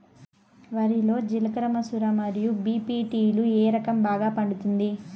వరి లో జిలకర మసూర మరియు బీ.పీ.టీ లు ఏ రకం బాగా పండుతుంది